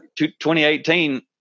2018